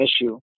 issue